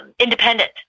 independent